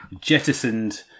jettisoned